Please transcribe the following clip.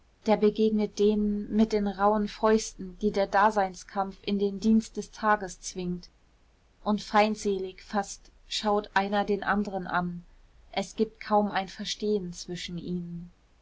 der begegnet denen mit den rauhen fäusten die der daseinskampf in den dienst des tages zwingt und feindselig fast schaut einer den anderen an es gibt kaum ein verstehen zwischen ihnen